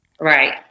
right